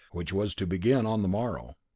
which was to begin on the morrow.